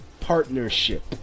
Partnership